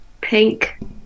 pink